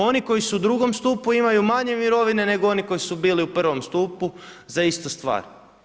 Oni koji su u II. stupu imaju manje mirovine nego oni koji su bili u I. stupu za istu stvar.